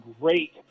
great